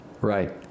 Right